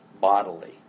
bodily